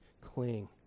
cling